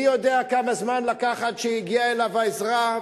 מי יודע כמה זמן לקח עד שהגיעה אליו העזרה,